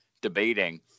debating